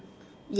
yes